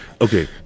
okay